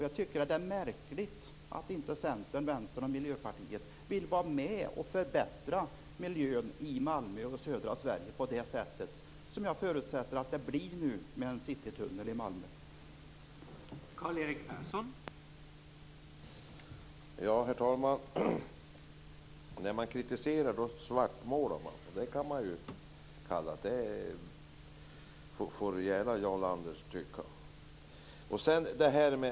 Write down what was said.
Jag tycker att det är märkligt att inte Centern, Vänsterpartiet och Miljöpartiet vill vara med och förbättra miljön i Malmö och södra Sverige på det sätt som jag förutsätter att en citytunnel i Malmö kommer att leda till.